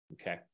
okay